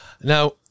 Now